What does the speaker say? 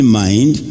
mind